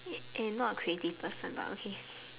eh not a crazy person lah okay